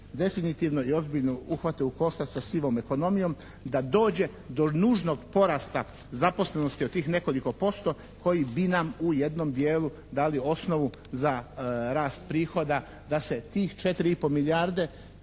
definitivno i ozbiljno uhvate u koštac sa sivom ekonomijom, da dođe do nužnog porasta zaposlenosti od tih nekoliko posto koji bi nam u jednom dijelu dali osnovu za rast prihoda, da se tih četiri